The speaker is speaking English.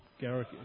Garrick